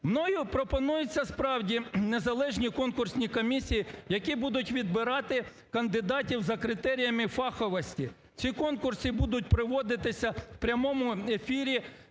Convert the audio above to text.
Мною пропонується справді незалежні конкурсні комісії, які будуть відбирати кандидатів за критеріями фаховості. Ці конкурси будуть проводитися в прямому ефірі